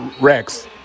Rex